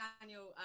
Daniel